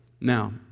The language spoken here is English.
Now